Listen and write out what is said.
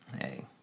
Hey